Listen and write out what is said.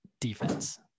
defense